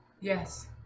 Yes